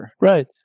Right